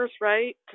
right